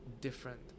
different